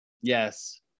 yes